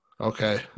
okay